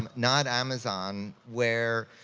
um not amazon, where,